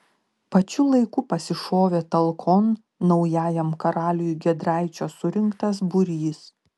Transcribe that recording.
pačiu laiku pasišovė talkon naujajam karaliui giedraičio surinktas būrys